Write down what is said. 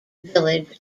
village